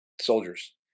soldiers